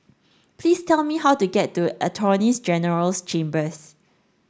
please tell me how to get to Attorneys General's Chambers